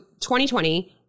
2020